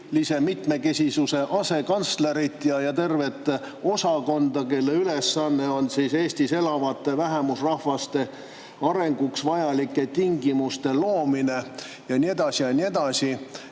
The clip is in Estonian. mitmekesisuse asekantslerit ja tervet osakonda, kelle ülesanne on Eestis elavate vähemusrahvaste arenguks vajalike tingimuste loomine, ja nii edasi ja nii edasi.